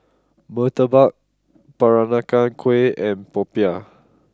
Murtabak Peranakan Kueh and Popiah